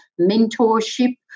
mentorship